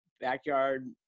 backyard